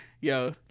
yo